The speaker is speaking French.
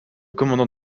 commandant